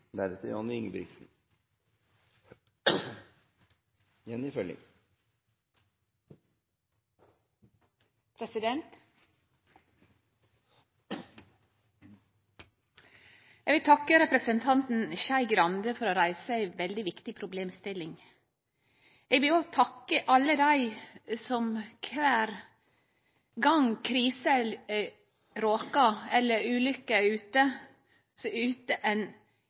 Eg vil takke representanten Skei Grande for å reise ei veldig viktig problemstilling. Eg vil òg takke alle dei som kvar gong krisa råkar eller ulukka er ute,